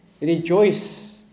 rejoice